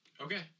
Okay